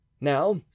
Now